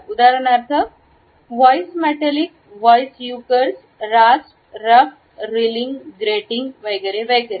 उदाहरणार्थ voice metallic voice raucous rasp rough reeling grating वगैरे वगैरे